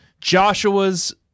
joshua's